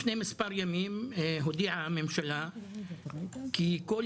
לפני מספר ימים הודיעה הממשלה כי כל